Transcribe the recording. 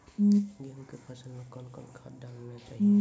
गेहूँ के फसल मे कौन कौन खाद डालने चाहिए?